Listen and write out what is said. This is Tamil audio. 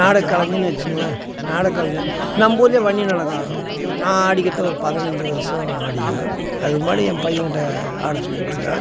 நாடக கலைஞன்னு வெச்சுக்கோங்களேன் நாடக கலைஞன் நம்ம ஊரிலே வள்ளி நாடகம் ஆடுறோம் நான் ஆடிக்கிட்டு ஒரு பதினைஞ்சு வருஷம் ஆடிக்கிறேன் அது ஒரு மாதிரி என் பையன்கிட்டே ஆட சொல்லி விட்டுருக்குறேன்